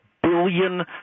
billion